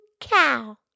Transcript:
Cow